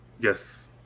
Yes